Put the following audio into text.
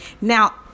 Now